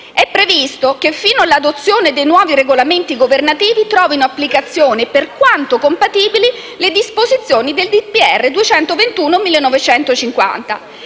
È previsto inoltre che fino all'adozione dei nuovi regolamenti governativi trovino applicazione, per quanto compatibili, le disposizioni del decreto